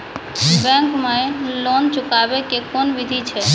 Bank माई loan चुकाबे के कोन बिधि छै?